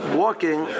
walking